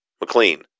McLean